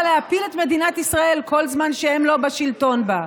להפיל את מדינת ישראל כל זמן שהם לא בשלטון בה.